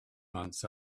months